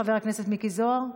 חבר הכנסת מיקי זוהר,